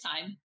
time